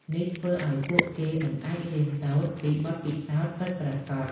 នេះធ្វើឱ្យពួកគេមិនអាចរៀនសូត្រពីបទពិសោធន៍ពិតប្រាកដ។